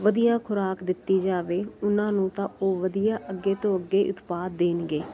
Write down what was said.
ਵਧੀਆ ਖੁਰਾਕ ਦਿੱਤੀ ਜਾਵੇ ਉਹਨਾਂ ਨੂੰ ਤਾਂ ਉਹ ਵਧੀਆ ਅੱਗੇ ਤੋਂ ਅੱਗੇ ਉਤਪਾਦ ਦੇਣਗੇ